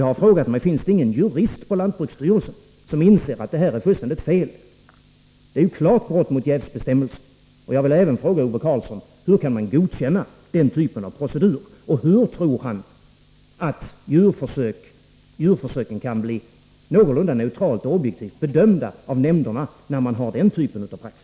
Jag har frågat mig: Finns det ingen jurist på lantbruksstyrelsen som inser att detta är fullständigt fel? Det är ett klart brott mot jävsbestämmelserna. Jag vill även fråga Ove Karlsson hur han kan godkänna den typen av procedur. Hur tror att han att djurförsöken kan bli någorlunda neutralt och objektivt bedömda av nämnderna när man har den typen av praxis?